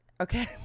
Okay